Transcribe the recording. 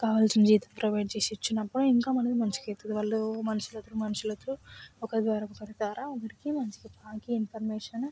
కావలసిన జీతం ప్రొవైడ్ చేసి ఇచ్చినప్పుడు ఇంకా మనది మంచిగా వాళ్ళు మనుషులతోని మనుషులతో ఒకరి ద్వారా ఒకరి ద్వారా అందరికీ మంచిగా పాకి ఇన్ఫర్మేషన్